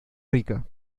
rica